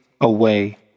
away